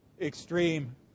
extreme